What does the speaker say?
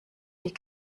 die